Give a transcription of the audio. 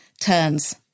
turns